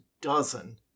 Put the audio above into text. dozen